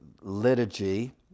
liturgy